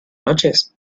noches